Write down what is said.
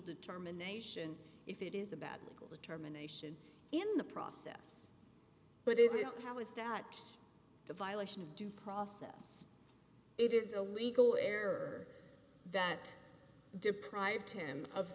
determination if it is a bad legal determination in the process but it how is that a violation of due process it is a legal error that deprived him of